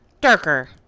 darker